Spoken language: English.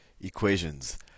equations